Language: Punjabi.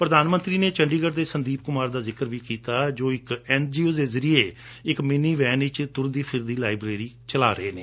ਪ੍ਰਧਾਨਮੰਤਰੀ ਨੇ ਚੰਡੀਗੜ੍ਹ ਦੇ ਸੰਦੀਪ ਕੁਮਾਰ ਦਾ ਜਿਕਰ ਵੀ ਕੀਤਾ ਜਿਨ੍ਹਾਂ ਇਕ ਐਨਜੀਓ ਦੇ ਜਰਿਏ ਇਕ ਮਿਨੀ ਵੈਨ ਵਿਚ ਤੁਰਦੀ ਫਿਰਦੀ ਲਾਈਬ੍ਰੇਰੀ ਕਾਇਮ ਕੀਤੀ ਹੋਈ ਹੈ